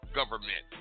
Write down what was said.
government